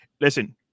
listen